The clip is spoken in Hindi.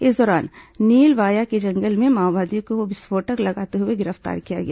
इस दौरान नीलवाया के जंगल में माओवादी को विस्फोटक लगाते हुए गिरफ्तार किया गया